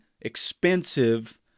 expensive